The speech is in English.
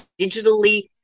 digitally